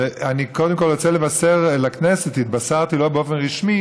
אני קודם כול רוצה לבשר לכנסת: התבשרתי לא באופן רשמי